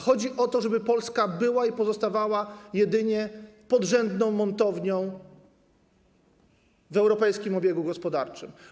Chodzi o to, żeby Polska była i pozostawała jedynie podrzędną montownią w europejskim obiegu gospodarczym.